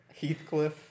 Heathcliff